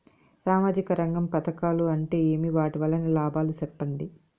సామాజిక రంగం పథకాలు అంటే ఏమి? వాటి వలన లాభాలు సెప్పండి?